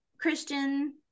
christian